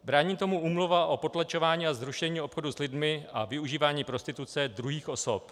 Brání tomu Úmluva o potlačování a zrušení obchodu s lidmi a využívání prostituce druhých osob.